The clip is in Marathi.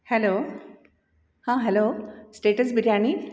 हॅलो हां हॅलो स्टेटस बिर्याणी